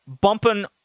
bumping